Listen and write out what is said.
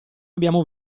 abbiamo